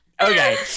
okay